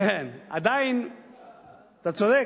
כן, אתה צודק.